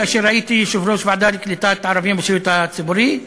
כאשר הייתי יושב-ראש ועדה לקליטת ערבים בשירות הציבורי.